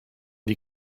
die